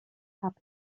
happy